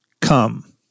Come